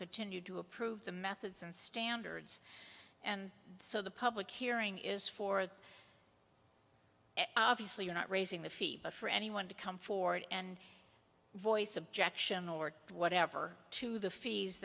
continue to approve the methods and standards and so the public hearing is for the obviously you're not raising the fee but for anyone to come forward and voice objection or whatever to the fees